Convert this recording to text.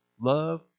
Love